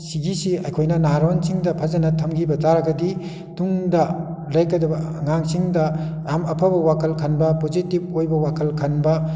ꯁꯤꯒꯤꯁꯤ ꯑꯩꯈꯣꯏꯅ ꯅꯍꯥꯔꯣꯟꯁꯤꯡꯗ ꯐꯖꯅ ꯊꯝꯈꯤꯕ ꯇꯥꯔꯒꯗꯤ ꯇꯨꯡꯗ ꯂꯥꯛꯀꯗꯕ ꯑꯉꯥꯡꯁꯤꯡꯗ ꯌꯥꯝ ꯑꯐꯕ ꯋꯥꯈꯜ ꯈꯟꯕ ꯄꯣꯖꯤꯇꯤꯕ ꯑꯣꯏꯕ ꯋꯥꯈꯜ ꯈꯟꯕ